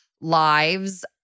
lives